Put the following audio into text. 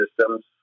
systems